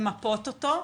למפות אותו,